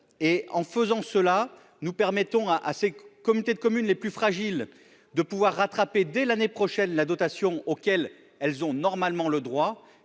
et en faisant cela, nous permettons à à ces comités de communes les plus fragiles de pouvoir rattraper dès l'année prochaine la dotation auxquelles elles ont normalement le droit,